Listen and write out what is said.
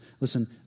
Listen